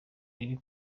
riri